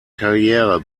karriere